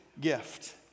gift